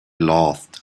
laughed